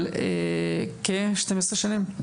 אבל כן, 12 שנים.